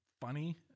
funny